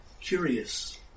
curious